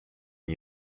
and